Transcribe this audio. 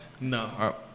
no